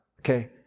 Okay